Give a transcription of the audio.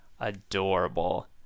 adorable